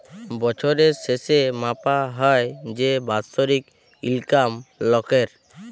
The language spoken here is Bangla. বছরের শেসে মাপা হ্যয় যে বাৎসরিক ইলকাম লকের